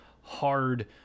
hard